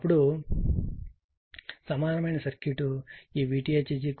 అప్పుడు సమానమైన సర్క్యూట్ ఈ VTH 45